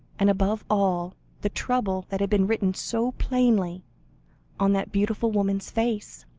and above all the trouble that had been written so plainly on that beautiful woman's face?